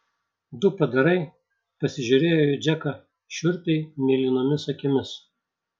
du padarai pasižiūrėjo į džeką šiurpiai mėlynomis akimis